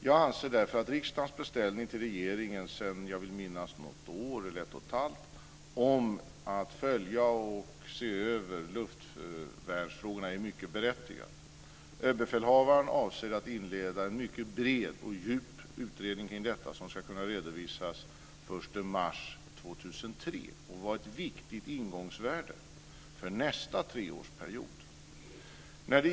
Jag anser därför att riksdagens beställning till regeringen sedan något år eller ett och ett halvt år, vill jag minnas, om att följa och se över luftvärnsfrågorna är mycket berättigad. Överbefälhavaren avser att inleda en mycket bred och djup utredning kring detta som ska kunna redovisas den 1 mars 2003 och vara ett viktigt ingångsvärde för nästa treårsperiod.